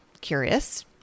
curious